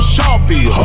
Sharpie